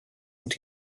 und